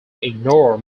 ignore